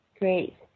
Great